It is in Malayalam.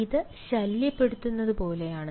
ഇത് ശല്യപ്പെടുത്തുന്നതുപോലെയാണ്